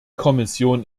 kommission